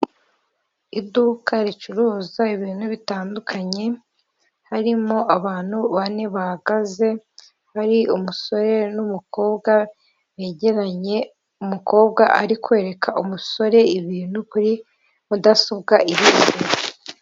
Iduka ricuruza ibintu bitandukanye, harimo abantu bane bahagaze, ari umusore n'umukobwa begeranye, umukobwa ari kwereka umusore ibintu kuri mudasobwa iri imbere.